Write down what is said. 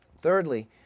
Thirdly